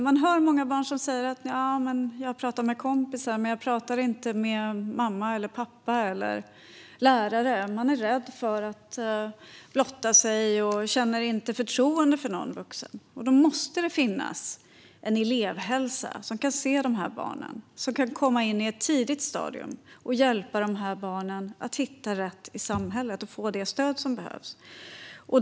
Man hör många barn säga att de pratar med kompisar men inte med mamma eller pappa eller lärare eftersom de är rädda för att blotta sig och inte känner förtroende för någon vuxen. Då måste det finnas en elevhälsa som kan se dessa barn och komma in i ett tidigt stadium och hjälpa dem att hitta rätt i samhället och att få det stöd som behövs.